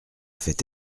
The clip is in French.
fait